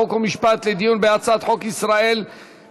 חוק ומשפט לדיון בהצעת חוק-יסוד: ישראל,